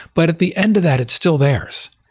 but at the end of that, it's still theirs.